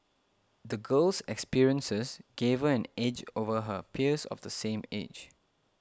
the girl's experiences gave her an edge over her peers of the same age